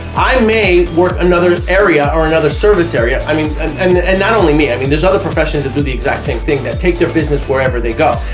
i may work another area or another service area i mean and not only me i mean there's other professions that do the exact same thing that take their business wherever they go,